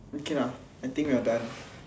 okay lah I think we are done